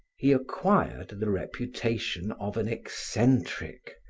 he acquired the reputation of an eccentric,